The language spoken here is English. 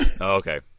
okay